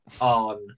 on